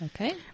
Okay